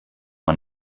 man